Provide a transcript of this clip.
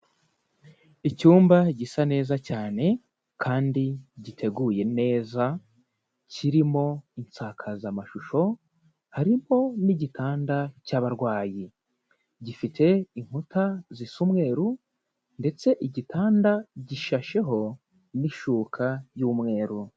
Icyumba gisa neza cyane kandi giteguye neza kirimo insakazamashusho, harimo n'igitanda cy'abarwayi, gifite inkuta zisa umweru ndetse igitanda gishasheho n'ishuka y'umweru.